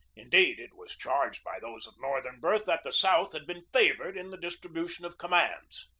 indeed, it was charged by those of northern birth that the south had been favored in the distri bution of commands.